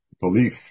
belief